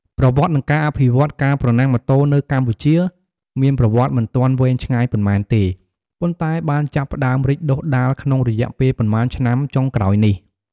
ប្រវត្តិ និងការអភិវឌ្ឍន៍ ការប្រណាំងម៉ូតូនៅកម្ពុជាមានប្រវត្តិមិនទាន់វែងឆ្ងាយប៉ុន្មានទេ ប៉ុន្តែបានចាប់ផ្តើមរីកដុះដាលក្នុងរយៈពេលប៉ុន្មានឆ្នាំចុងក្រោយនេះ។